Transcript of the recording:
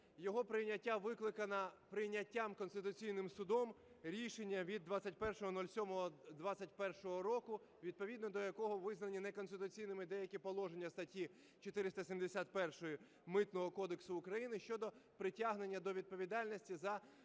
Його прийняття викликане прийняттям Конституційним Судом рішення від 21.07.202 року, відповідно до якого визнані неконституційними деякі положення статті 471 Митного кодексу України щодо притягнення до відповідальності за